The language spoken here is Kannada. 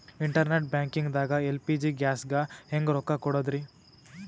ಇಂಟರ್ನೆಟ್ ಬ್ಯಾಂಕಿಂಗ್ ದಾಗ ಎಲ್.ಪಿ.ಜಿ ಗ್ಯಾಸ್ಗೆ ಹೆಂಗ್ ರೊಕ್ಕ ಕೊಡದ್ರಿ?